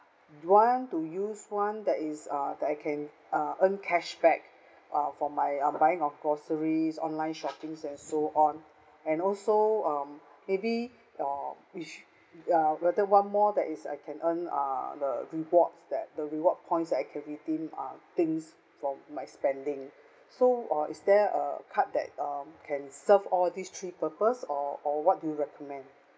want to use one that is uh that I can uh earn cashback uh for my uh buying of groceries online shoppings and so on and also um maybe uh which uh whether one more that is I can earn uh the rewards that the reward points that I can redeem uh things from my spending so uh is there a card that um can serve all these three purpose or or what do you recommend